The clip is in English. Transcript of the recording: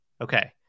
Okay